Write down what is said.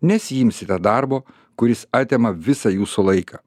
nesiimsite darbo kuris atima visą jūsų laiką